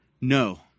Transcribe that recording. no